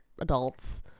adults